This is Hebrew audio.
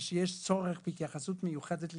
כשיש צורך בהתייחסות מיוחדת לילדים,